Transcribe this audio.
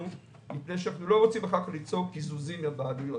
מפני שאנחנו לא רוצים ליצור אחר כך קיזוזים לבעלויות.